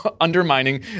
undermining